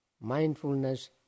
mindfulness